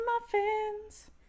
Muffins